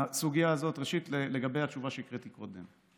ראשית, לגבי התשובה שהקראתי קודם,